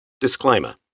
Disclaimer